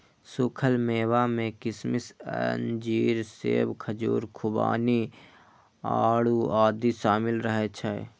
सूखल मेवा मे किशमिश, अंजीर, सेब, खजूर, खुबानी, आड़ू आदि शामिल रहै छै